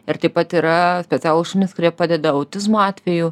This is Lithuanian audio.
ir taip pat yra specialūs šunys kurie padeda autizmo atveju